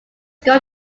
going